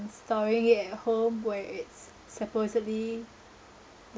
storing it at home where it's supposedly